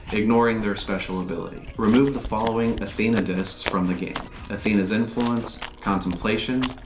ignore and their special ability. remove the following athena discs from the game athena's influence, contemplation,